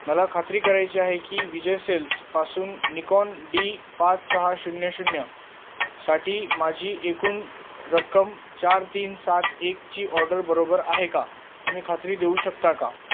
मला खात्री करायची आहे की विजय सेल्सपासून निकॉन डी पाच सहा शून्य शून्य साठी माझी एकूण रक्कम चार तीन सात एकची ऑर्डर बरोबर आहे का तुम्ही खात्री देऊ शकता का